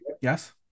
yes